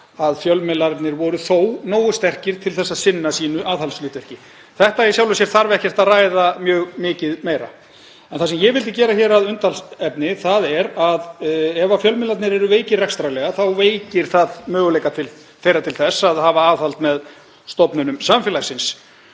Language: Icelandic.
að fjölmiðlarnir voru þó nógu sterkir til að sinna aðhaldshlutverki sínu. Þetta í sjálfu sér þarf ekkert að ræða mjög mikið meira. En það sem ég vildi gera hér að umtalsefni er að ef fjölmiðlarnir eru veikir rekstrarlega þá veikir það möguleika þeirra til þess að hafa aðhald með stofnunum samfélagsins.